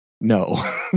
no